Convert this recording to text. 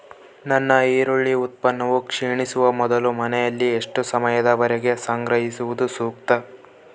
ನನ್ನ ಈರುಳ್ಳಿ ಉತ್ಪನ್ನವು ಕ್ಷೇಣಿಸುವ ಮೊದಲು ಮನೆಯಲ್ಲಿ ಎಷ್ಟು ಸಮಯದವರೆಗೆ ಸಂಗ್ರಹಿಸುವುದು ಸೂಕ್ತ?